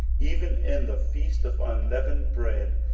even in the feast of unleavened bread,